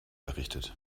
errichtet